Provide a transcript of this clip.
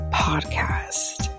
podcast